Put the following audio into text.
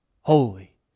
holy